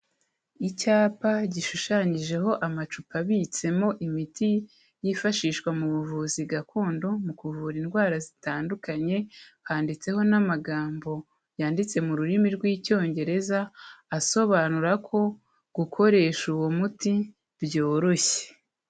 Icyapa gishushanyijeho amacupa abitsemo imiti yifashishwa mu buvuzi gakondo mu kuvura indwara zitandukanye, handitseho n'amagambo yanditse mu rurimi rw'Icyongereza asobanura ko gukoresha uwo muti byoroshye.